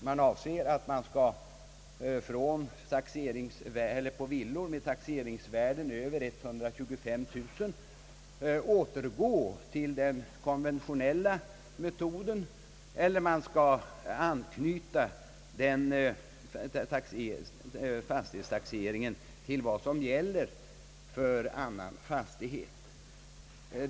Man avser att för villor med taxeringsvärde över 125000 kronor återgå till den konventionelia metoden eller anknyta inkomsttaxeringen av fastigheten till vad som gäller för annan fastighet.